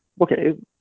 okay